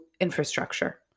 infrastructure